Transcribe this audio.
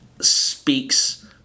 speaks